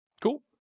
Cool